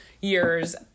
years